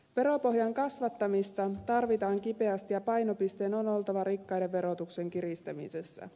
veropohjan kasvattamista tarvitaan kipeästi ja painopisteen on oltava rikkaiden verotuksen kiristämisessä